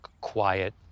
quiet